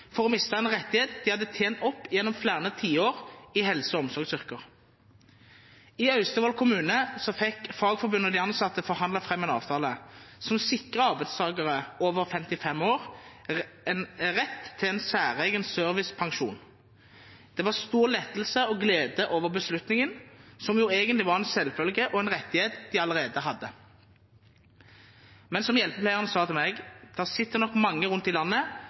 for å miste en rettighet de hadde opptjent gjennom flere tiår i helse- og omsorgsyrker. I Austevoll kommune fikk Fagforbundet og de ansatte forhandlet fram en avtale som sikrer arbeidstakere over 55 år rett til en særegen servicepensjon. Det var stor lettelse og glede over beslutningen, som jo egentlig var en selvfølge og en rettighet de allerede hadde. Men som hjelpepleieren sa til meg: Det sitter nok mange rundt i landet